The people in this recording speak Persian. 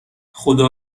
خدا